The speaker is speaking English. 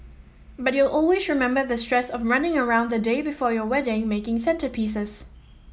but you'll always remember the stress of running around the day before your wedding making centrepieces